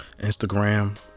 instagram